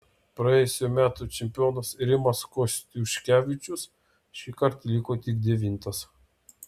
praėjusių metų čempionas rimas kostiuškevičius šįkart liko tik devintas